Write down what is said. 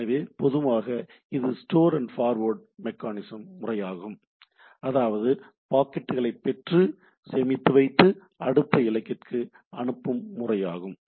எனவே பொதுவாக இது ஸ்டோர் அண்ட் பார் வேர்டு முறையாகும் அதாவது பாக்கெட்டுகளை பெற்று சேமித்து வைத்து அடுத்த இலக்கிற்கு அனுப்பும் முறையாகும்